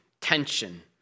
tension